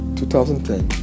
2010